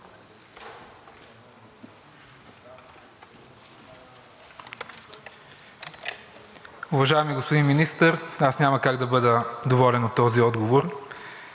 Уважаеми господин Министър, няма как да бъда доволен от този отговор.